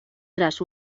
tras